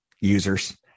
users